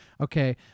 okay